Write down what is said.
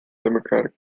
democratic